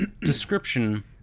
description